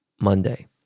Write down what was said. Monday